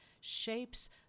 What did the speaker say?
shapes